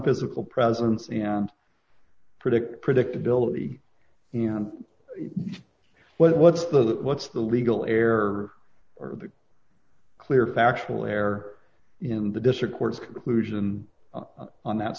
physical presence and predict predictability and what what's the what's the legal error or the clear factual error in the district court's conclusion on that